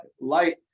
light